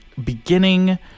Beginning